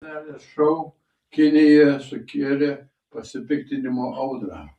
seselės šou kinijoje sukėlė pasipiktinimo audrą